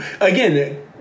Again